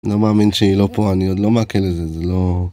אני לא מאמין שהיא לא פה, אני עוד לא מעקל את זה, זה לא...